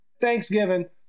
Thanksgiving